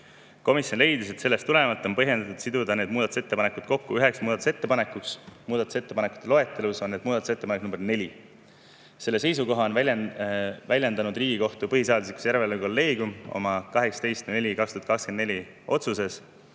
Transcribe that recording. Komisjon leidis, et sellest tulenevalt on põhjendatud siduda need muudatusettepanekud kokku üheks muudatusettepanekuks. Muudatusettepanekute loetelus on see muudatusettepanek nr 4. Seda seisukohta on väljendanud Riigikohtu põhiseaduslikkuse järelevalve kolleegium oma 18.04.2024 otsuses,